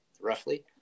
roughly